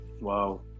wow